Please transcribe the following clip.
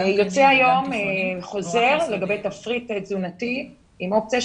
יוצא היום חוזר לגבי תפריט תזונתי עם אופציה,